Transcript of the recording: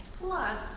plus